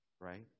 right